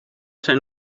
zijn